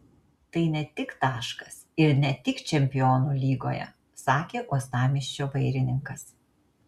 tai ne tik taškas ir ne tik čempionų lygoje sakė uostamiesčio vairininkas